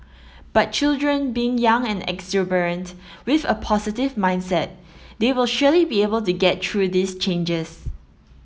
but children being young and exuberant with a positive mindset they will surely be able to get through these changes